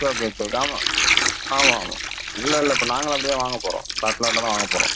okay sir ஆமாம் ஆமாம் ஆமாம் இல்லல்லை இப்போ நாங்களும் அப்படி தான் வாங்கப் போகிறோம் லாட் லாட்டாக தான் வாங்கப் போகிறோம்